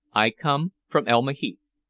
i come from elma heath.